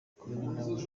kumwe